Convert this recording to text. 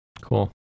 cool